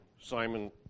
Simon